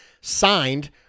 signed